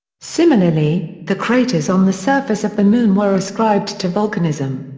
similarly, the craters on the surface of the moon were ascribed to volcanism.